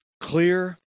Clear